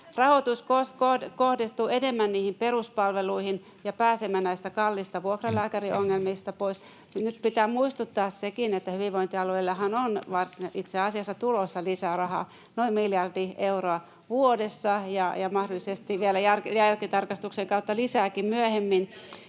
[Aino-Kaisa Pekosen välihuuto] ja pääsemme näistä kalliista vuokralääkäriongelmista pois. Nyt pitää muistuttaa siitäkin, että hyvinvointialueillehan on itse asiassa tulossa lisää rahaa noin miljardi euroa vuodessa ja jälkitarkastuksen kautta [Annika